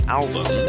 album